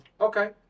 Okay